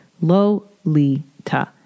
Lolita